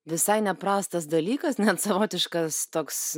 visai neprastas dalykas net savotiškas toks